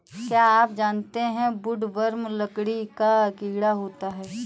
क्या आप जानते है वुडवर्म लकड़ी का कीड़ा होता है?